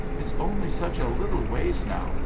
it's only such a little ways now,